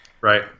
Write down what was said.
Right